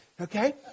Okay